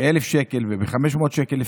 ב-1,000 שקל וב-500 שקל,